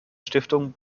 stiftung